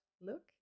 look